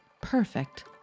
perfect